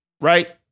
Right